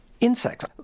insects